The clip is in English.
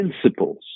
principles